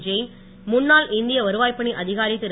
ஜெயின் முன்னாள் இந்திய வருவாய்ப் பணி அதிகாரி திரு